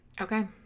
Okay